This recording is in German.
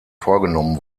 vorgenommen